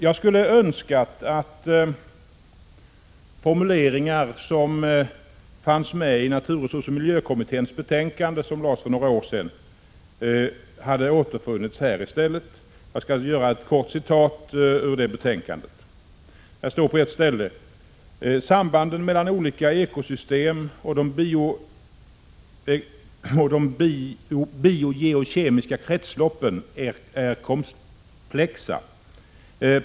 Jag skulle önska att den formulering som fanns med i naturresursoch miljökommitténs betänkande för några år sedan hade återfunnits här i stället. Jag skall läsa litet ur det betänkandet. Där står på ett ställe: ”Sambanden mellan olika ekosystem och de biogeokemiska kretsloppen är komplexa.